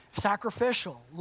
Sacrificial